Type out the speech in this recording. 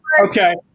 Okay